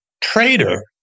traitor